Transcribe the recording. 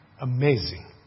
amazing